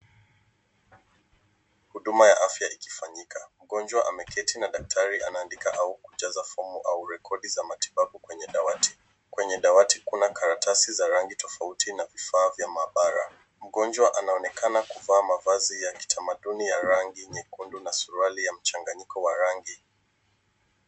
Huduma ya afya ikifanyika. Mgonjwa ameketi na daktari anaandika au kujaza fomu au rekodi za matibabu kwenye dawati. Kwenye dawati kuna karatasi za rangi tofauti na vifaa vya maabara. Mgonjwa anaonekana kuvaa mavazi ya kitamanduni ya rangi nyekundu na suruali ya mchanganyiko wa rangi.